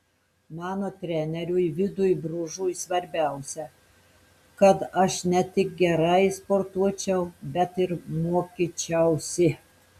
mano treneriui vidui bružui svarbiausia kad aš ne tik gerai sportuočiau bet ir mokyčiausi